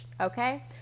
Okay